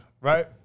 right